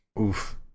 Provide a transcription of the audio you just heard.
Oof